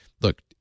Look